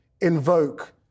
Invoke